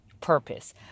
purpose